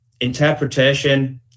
interpretation